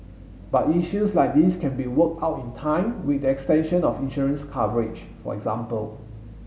but issues like these can be worked out in time with the extension of insurance coverage for example